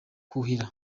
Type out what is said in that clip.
kuhira